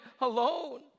alone